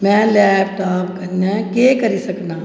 में लैपटाप कन्नै केह् करी सकनां